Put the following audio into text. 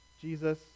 jesus